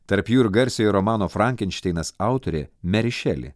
tarp jų ir garsiojo romano frankenšteinas autorė meri šeli